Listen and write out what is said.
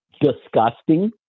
disgusting